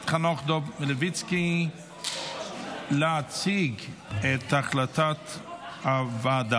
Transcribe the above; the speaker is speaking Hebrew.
חנוך דב מלביצקי להציג את החלטת הוועדה.